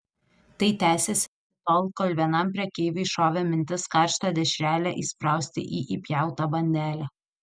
tai tęsėsi tol kol vienam prekeiviui šovė mintis karštą dešrelę įsprausti į įpjautą bandelę